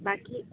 বাকী